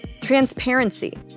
Transparency